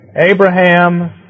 Abraham